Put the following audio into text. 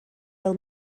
fel